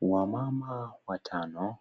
Wamama watano